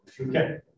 Okay